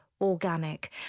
organic